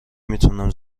میتونم